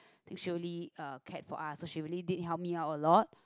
she really um cared or us so she really did help me out a lot